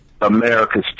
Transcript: America's